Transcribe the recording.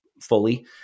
fully